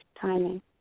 timing